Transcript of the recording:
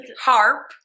HARP